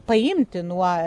paimti nuo